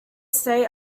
state